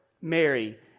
Mary